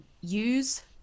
use